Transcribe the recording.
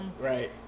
Right